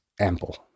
ample